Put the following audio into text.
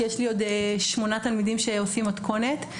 יש לי עוד שמונה תלמידים שעושים מתכונת.